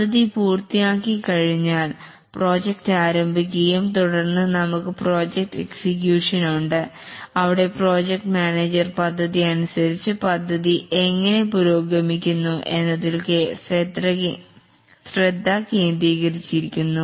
പദ്ധതി പൂർത്തിയാക്കി കഴിഞ്ഞാൽ പ്രോജക്റ്റ് ആരംഭിക്കുകയും തുടർന്ന് നമുക്ക് പ്രോജക്ട് എക്സിക്യൂഷൻ ഉണ്ട് അവിടെ പ്രോജക്റ്റ് മാനേജർ പദ്ധതി അനുസരിച്ച് പദ്ധതി എങ്ങനെ പുരോഗമിക്കുന്നു എന്നതിൽ ശ്രദ്ധ കേന്ദ്രീകരിക്കുന്നു